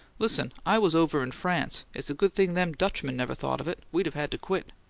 listen! i was over in france it's a good thing them dutchmen never thought of it we'd of had to quit!